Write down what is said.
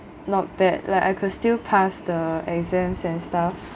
not bad like I could still passed the exams and stuff